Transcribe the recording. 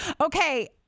Okay